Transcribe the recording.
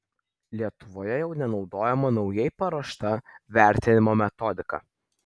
lietuvoje jau naudojama naujai paruošta vertinimo metodika